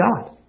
God